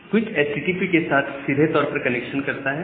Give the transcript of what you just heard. quick HTTP के साथ सीधे तौर पर इंटरेक्शन करता है